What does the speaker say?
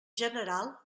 general